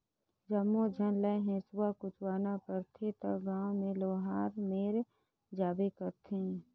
जम्मो झन ह हेसुआ कुचवाना रहथे त गांव के लोहार मेर जाबे करथे